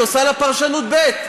היא עושה לה פרשנות ב'.